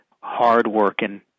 hardworking